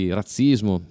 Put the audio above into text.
razzismo